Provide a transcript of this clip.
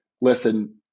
listen